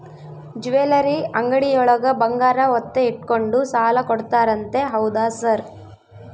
Jewellery ಅಂಗಡಿಯೊಳಗ ಬಂಗಾರ ಒತ್ತೆ ಇಟ್ಕೊಂಡು ಸಾಲ ಕೊಡ್ತಾರಂತೆ ಹೌದಾ ಸರ್?